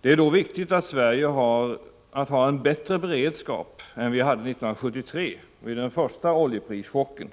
Det är då viktigt att Sverige har en bättre beredskap än vi hade 1973, vid den första oljeprischocken,